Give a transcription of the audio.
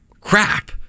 crap